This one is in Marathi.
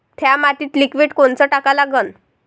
थ्या मातीत लिक्विड कोनचं टाका लागन?